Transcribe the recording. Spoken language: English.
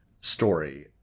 story